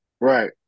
Right